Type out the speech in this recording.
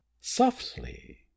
Softly